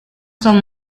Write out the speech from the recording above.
son